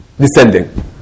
descending